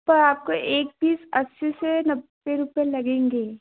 पर आपको एक पीस अस्सी से नब्बे रुपये लगेंगे